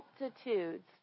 multitudes